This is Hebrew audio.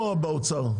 מי פה הנציג מהאוצר?